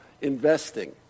investing